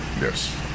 Yes